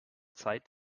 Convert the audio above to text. zeit